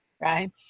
right